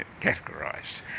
categorized